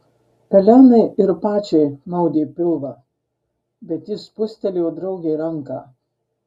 elenai ir pačiai maudė pilvą bet ji spustelėjo draugei ranką